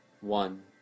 One